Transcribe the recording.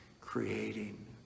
creating